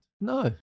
No